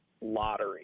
lottery